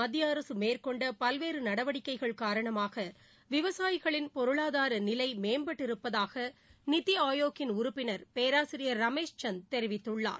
மத்தியஅரசுமேற்கொண்டபல்வேறுநடவடிக்கைகள் கடந்தநான்குஆண்டுகளில் காரணமாகவிவசாயிகளின் பொருளாதாரநிலைமேம்பட்டிருப்பதாகநிதிஆயோக்கின் உறுப்பினர் பேராசிரியர் ரமேஷ் சந்த் தெரிவித்துள்ளார்